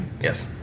Yes